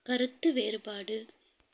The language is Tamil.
கருத்து வேறுபாடு